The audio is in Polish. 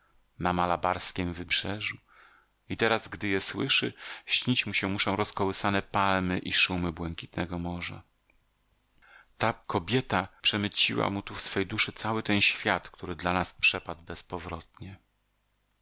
na malabarskiem wybrzeżu i teraz gdy je słyszy śnić mu się muszą rozkołysane palmy i szumy błękitnego morza ta kobieta przemyciła mu tu w swej duszy cały ten świat który dla nas przepadł